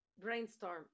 brainstorm